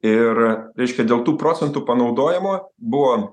ir reiškia dėl tų procentų panaudojimo buvo